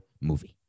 movie